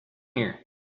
here